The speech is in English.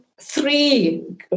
Three